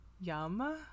Yum